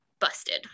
busted